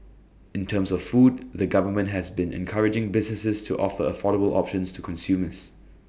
in terms of food the government has been encouraging businesses to offer affordable options to consumers